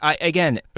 Again